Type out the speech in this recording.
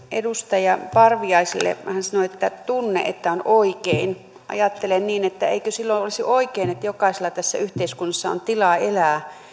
edustaja parviaiselle kun hän sanoi että on tunne että on oikein ajattelen niin että eikö silloin olisi oikein että jokaisella tässä yhteiskunnassa on tilaa elää